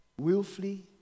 willfully